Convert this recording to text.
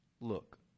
look